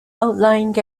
outlying